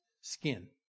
skin